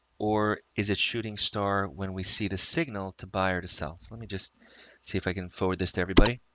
or is it shooting star? when we see the signal to buyer to seller? let me just see if i can forward this to everybody,